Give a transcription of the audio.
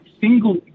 single